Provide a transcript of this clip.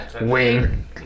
Wing